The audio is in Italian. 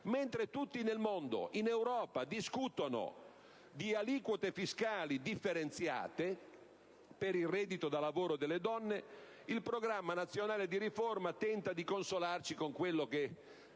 Mentre tutti nel mondo e in Europa discutono di aliquote fiscali differenziate per il reddito da lavoro delle donne, il Programma nazionale di riforma tenta di consolarci con quello che,